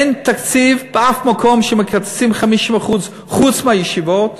אין תקציב באף מקום שמקצצים ממנו 50% חוץ מהישיבות,